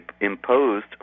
imposed